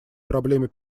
проблеме